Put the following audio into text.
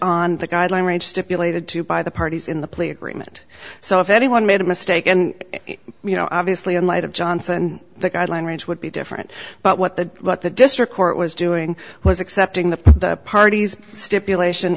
on the guideline range stipulated to by the parties in the plea agreement so if anyone made a mistake and you know obviously in light of johnson the guideline range would be different but what the what the district court was doing was accepting that the parties stipulation